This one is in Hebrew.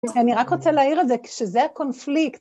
אני רק רוצה להעיר את זה, שזה הקונפליקט.